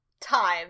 time